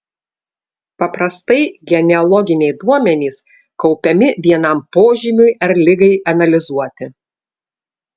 paprastai genealoginiai duomenys kaupiami vienam požymiui ar ligai analizuoti